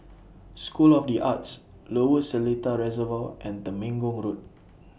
School of The Arts Lower Seletar Reservoir and Temenggong Road